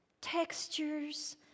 textures